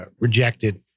rejected